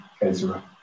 Ezra